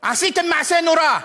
עשיתם מעשה נורא.